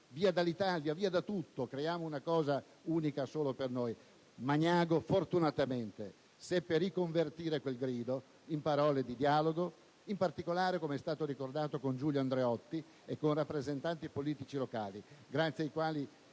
via dall'Italia, via da tutto! Creiamo una cosa unica solo per noi!". Magnago fortunatamente seppe riconvertire quel grido in parole di dialogo, in particolare, come è stato ricordato, con Giulio Andreotti e con rappresentanti politici locali, grazie ai quali